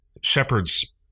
Shepherds